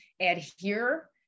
adhere